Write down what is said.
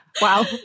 Wow